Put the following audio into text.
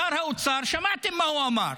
שר האוצר, שמעתם מה הוא אמר.